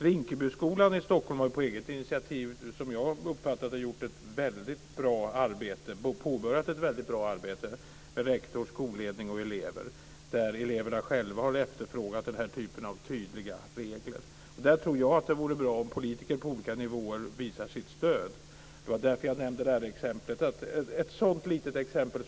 Rinkebyskolan i Stockholm har på eget initiativ, som jag har uppfattat det, påbörjat ett väldigt bra arbete med rektor, skolledning och elever. Eleverna där har själva efterfrågat den här typen av tydliga regler. Därför tror jag att det vore bra om politiker på olika nivåer visade sitt stöd. Det var därför jag nämnde detta exempel.